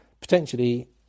potentially